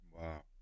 Wow